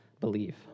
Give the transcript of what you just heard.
believe